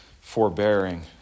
forbearing